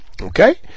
Okay